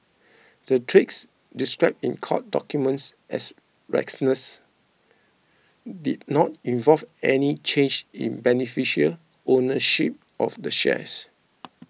the trades described in court documents as reckless did not involve any change in beneficial ownership of the shares